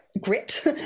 grit